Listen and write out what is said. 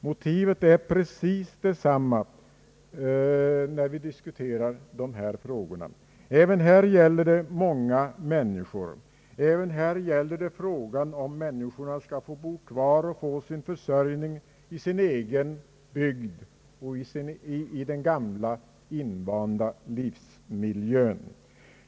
Motivet är precis detsamma när vi diskuterar dessa frågor. även här gäller det många människor. Det gäller frågan om många människor skall få bo kvar och få sin försörjning i sin egen bygd och i den gamla invanda livsmiljön.